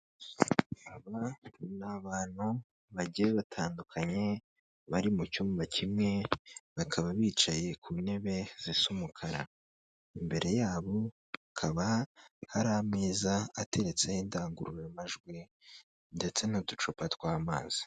Aba ni abantu bagiye batandukanye bari mu cyumba kimwe, bakaba bicaye ku ntebe zisa umukara, imbere yabo hakaba hari ameza ateretse indangururamajwi ndetse n'uducupa tw'amazi.